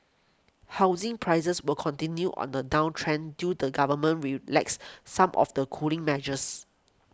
housing prices will continue on the downtrend till the government relaxes some of the cooling measures